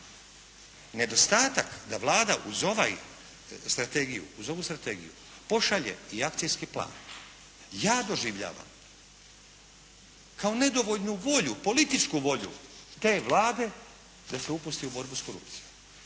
Nedostatak da Vlada uz ovu strategiju pošalje i akcijski plan ja doživljavam kao nedovoljnu volju, političku volju te Vlade da se upusti u borbu s korupcijom.